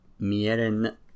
Mieren